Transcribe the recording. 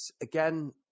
again